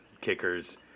kickers